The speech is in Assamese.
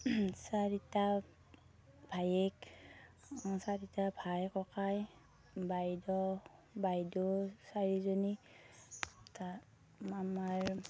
চাৰিটা ভায়েক চাৰিটা ভাই ককাই বাইদেউ বাইদেউ চাৰিজনী এটা মামাৰ